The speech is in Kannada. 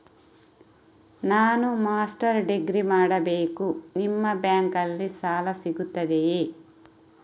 ನಾನು ಮಾಸ್ಟರ್ ಡಿಗ್ರಿ ಮಾಡಬೇಕು, ನಿಮ್ಮ ಬ್ಯಾಂಕಲ್ಲಿ ಸಾಲ ಸಿಗುತ್ತದೆಯೇ?